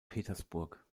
petersburg